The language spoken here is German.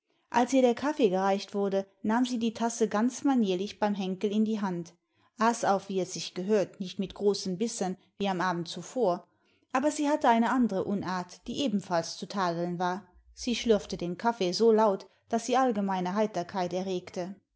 als ihr der kaffee gereicht wurde nahm sie die tasse ganz manierlich beim henkel in die hand aß auch wie es sich gehört nicht mit großen bissen wie am abend zuvor aber sie hatte eine andre unart die ebenfalls zu tadeln war sie schlürfte den kaffee so laut daß sie allgemeine heiterkeit erregte